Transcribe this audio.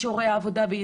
אני